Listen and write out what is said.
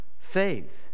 faith